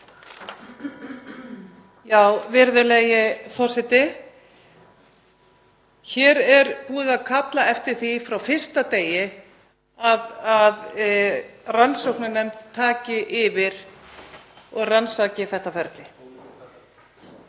Virðulegi forseti. Hér er búið að kalla eftir því frá fyrsta degi að rannsóknarnefnd taki yfir og rannsaki þetta ferli.